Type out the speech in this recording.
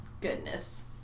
goodness